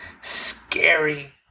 scary